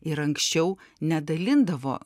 ir anksčiau nedalindavo